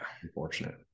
unfortunate